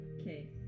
Okay